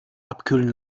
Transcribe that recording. abkühlen